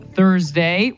Thursday